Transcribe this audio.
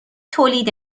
تولید